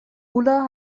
ulla